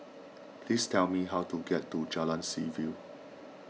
please tell me how to get to Jalan Seaview